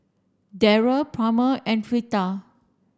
Darry Palmer and Fleta